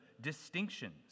distinctions